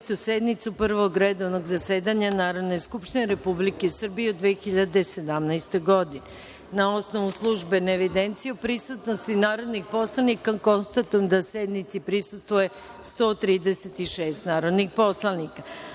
sednicu Prvog redovnog zasedanja Narodne skupštine Republike Srbije u 2017. godini. Na osnovu službene evidencije o prisutnosti narodnih poslanika, konstatujem da sednici prisustvuje 136 narodnih poslanika. Radi